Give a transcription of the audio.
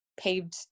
paved